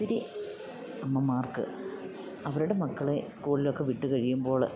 ഒത്തിരി അമ്മമാർക്ക് അവരുടെ മക്കളെ സ്കൂളിലൊക്കെ വിട്ട് കഴിയുമ്പോള്